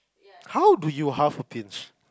how do you half a pinch